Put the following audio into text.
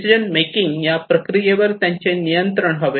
decision making या प्रक्रियेवर त्यांचे नियंत्रण हवे